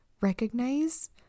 recognize